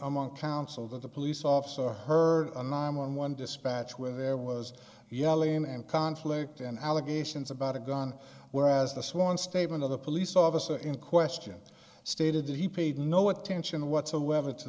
among council that the police officer heard a nine one one dispatch where there was yelling and conflict and allegations about a gun whereas the sworn statement of the police officer in question stated that he paid no attention whatsoever to